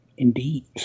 Indeed